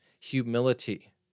humility